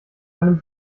einem